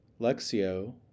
Lexio